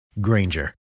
Granger